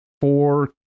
four